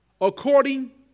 according